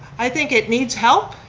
i think it needs help.